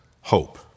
hope